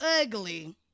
ugly